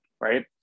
right